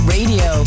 Radio